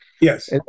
Yes